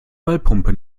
ballpumpe